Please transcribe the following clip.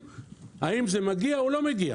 מוצרי הצריכה וכדומה.